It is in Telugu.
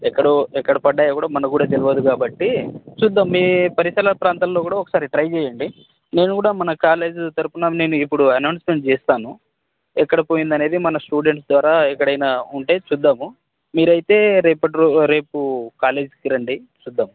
ఎక్కడో ఎక్కడ పడ్డాయి కూడా మనకి కూడా తెలియదు కాబట్టి చుద్దాం మీ పరిసర ప్రాంతాల్లో కూడా ఒకసారి ట్రై చేయండి నేను కూడా మన కాలేజ్ తరపున నేను ఇప్పుడు అనౌన్స్మెంట్ చేస్తాను ఎక్కడ పోయిందనేది మన స్టూడెంట్స్ ద్వారా ఎక్కడైనా ఉంటే చుద్దాము మీరైతే రేపటి రో రేపు కాలేజీకిి రండి చుద్దాం